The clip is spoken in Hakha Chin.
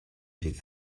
bik